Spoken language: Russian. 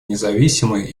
независимые